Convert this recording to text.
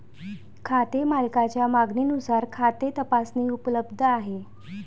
खाते मालकाच्या मागणीनुसार खाते तपासणी उपलब्ध आहे